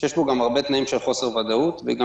שיש בו גם הרבה תנאים של חוסר ודאות וגם